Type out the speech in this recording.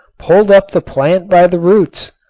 pulled up the plant by the roots.